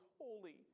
holy